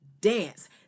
dance